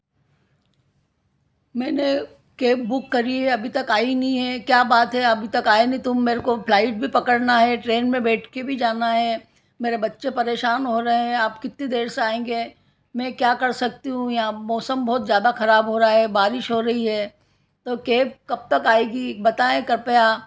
मैंने cab book करी है अभी तक आई नहीं है क्या बात है अभी तक आए नहीं तुम मेरे को फ्लाइट भी पकड़ना है ट्रेन में बैठकर भी जाना है मेरे बच्चे परेशान हो रहे हैं आप कितनी देर से आएँगे मैं क्या कर सकती हूँ यहाँ मौसम बहुत ज़्यादा खराब हो रहा है बारिश हो रही है ओ के कब तक आएँगी बताएँ कृपया